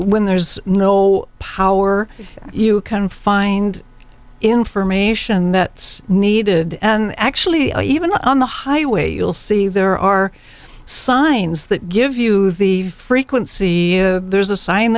when there's no power you can find information that's needed and actually even on the highway you'll see there are signs that give you the frequency of there's a sign